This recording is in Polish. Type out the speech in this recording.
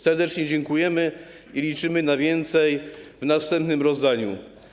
Serdecznie dziękujemy i liczymy na więcej w następnym rozdaniu.